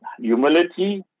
Humility